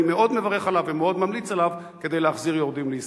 אני מאוד מברך עליו ומאוד ממליץ עליו כדי להחזיר יורדים לישראל.